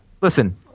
Listen